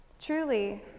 Truly